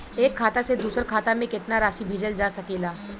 एक खाता से दूसर खाता में केतना राशि भेजल जा सके ला?